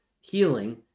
healing